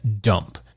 dump